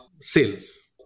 sales